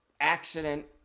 accident